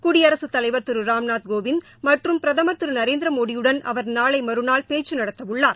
குடியரசுத் தலைவா் திரு ராம்நாத் கோவிந்த் மற்றும் பிரதமா் திரு நரேந்திரமோடியுடன் அவா் நாளை மறுநாள் பேச்சு நடத்தவுள்ளார்